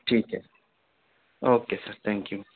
ٹھیک ہے okay sir thank you